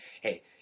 hey